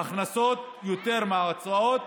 ההכנסות יותר מההוצאות.